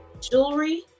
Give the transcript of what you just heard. jewelry